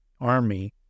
army